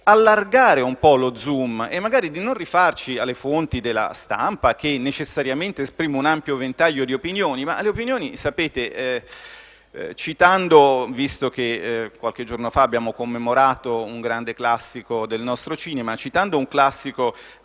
allargare un po' lo *zoom* e magari di non rifarci alle fonti della stampa, che necessariamente esprime un ampio ventaglio di opinioni, ma, come sapete, citando - visto che qualche giorno fa abbiamo commemorato un grande classico del nostro cinema - un classico